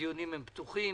הדיונים הם פתוחים.